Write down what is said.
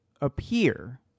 appear